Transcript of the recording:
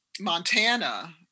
Montana